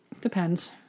depends